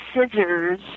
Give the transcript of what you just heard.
scissors